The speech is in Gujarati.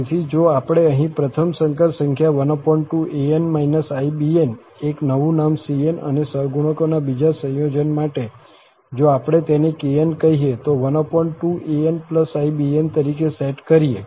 તેથી જો આપણે અહીં પ્રથમ સંકર સંખ્યા 12an ibn એક નવું નામ cn અને સહગુણકોના બીજા સંયોજન માટે જો આપણે તેને kn કહીએ તો 12anibn તરીકે સેટ કરીએ